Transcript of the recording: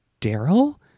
Daryl